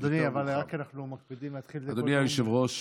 אדוני, אנחנו מקפידים להתחיל, אדוני היושב-ראש,